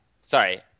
Sorry